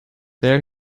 there